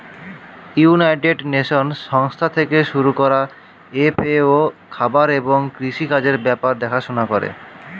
United Nations সংস্থা থেকে শুরু করা এফ.এ.ও খাবার এবং কৃষি কাজের ব্যাপার দেখাশোনা করে